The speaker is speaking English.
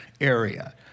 area